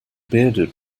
bearded